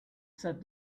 said